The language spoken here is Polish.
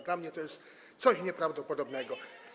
Dla mnie to jest coś nieprawdopodobnego.